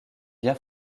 bien